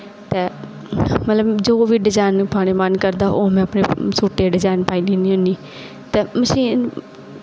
ते मतलब जेह्ड़ा डिजाईन पानै गी मन करदा ओह् डिजाईन पानी होनी उसगी